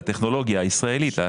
הטכנולוגיה הישראלית,